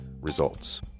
results